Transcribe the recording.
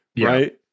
Right